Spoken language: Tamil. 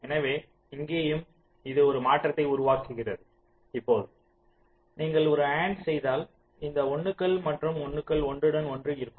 எனவே இங்கேயும் இது ஒரு மாற்றத்தை உருவாக்குகிறது இப்போது நீங்கள் ஒரு அண்ட் செய்தால் இந்த 1 கள் மற்றும் 1 கள் ஒன்றுடன் ஒன்று இருக்கும்